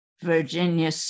Virginia